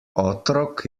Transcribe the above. otrok